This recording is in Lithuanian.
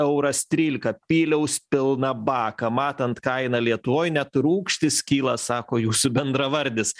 euras trylika pyliaus pilną baką matant kainą lietuvoj net rūgštys kyla sako jūsų bendravardis